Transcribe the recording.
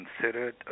considered